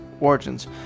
origins